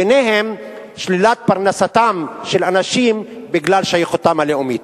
וביניהם שלילת פרנסתם של אנשים בגלל שייכותם הלאומית.